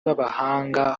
b’abahanga